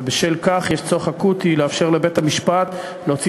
ובשל כך יש צורך אקוטי לאפשר לבית-המשפט להוציא